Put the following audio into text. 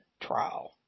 trial